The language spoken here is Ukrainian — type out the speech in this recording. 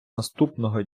наступного